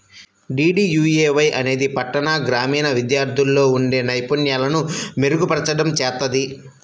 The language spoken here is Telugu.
డీడీయూఏవై అనేది పట్టణ, గ్రామీణ విద్యార్థుల్లో ఉండే నైపుణ్యాలను మెరుగుపర్చడం చేత్తది